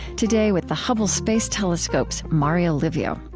today with the hubble space telescope's mario livio.